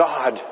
God